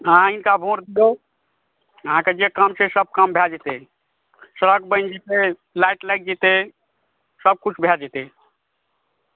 अहाँ हिनका वोट दियौ अहाँके जे काम छै सभ काम भऽ जेतै सड़क बनि जेतै लाइट लागि जेतै सभ कुछ भऽ जेतै